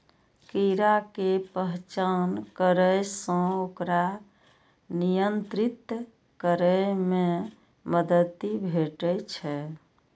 कीड़ा के पहचान करै सं ओकरा नियंत्रित करै मे मदति भेटै छै